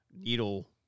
needle